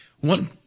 One